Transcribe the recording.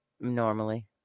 Normally